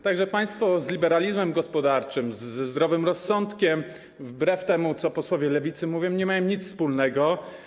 Tak że państwo z liberalizmem gospodarczym, ze zdrowym rozsądkiem, wbrew temu, co posłowie Lewicy mówią, nie mają nic wspólnego.